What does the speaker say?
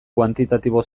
kuantitatibo